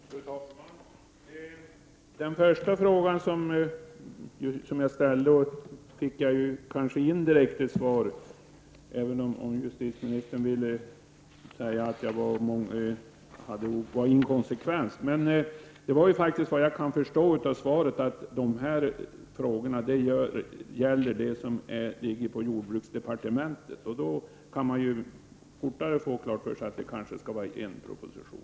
Fru talman! Den första frågan som jag ställde fick jag väl indirekt svar på, även om justitieministern sade att jag var inkonsekvent. Men såvitt jag kan förstå av svaret skall dessa frågor övervägas i jordbruksdepartementet. Av det kan man kanske dra slutsatsen att det skall bli en proposition.